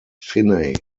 finney